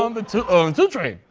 on the two two train.